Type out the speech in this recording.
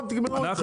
תגמרו את זה.